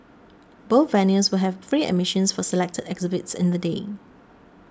both venues will have free admissions for selected exhibits in the day